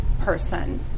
person